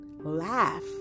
laugh